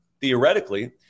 theoretically